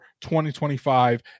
2025